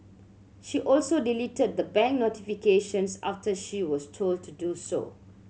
she also deleted the bank notifications after she was told to do so